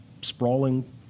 sprawling